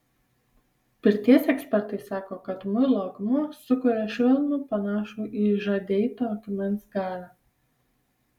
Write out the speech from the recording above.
pirties ekspertai sako kad muilo akmuo sukuria švelnų panašų į žadeito akmens garą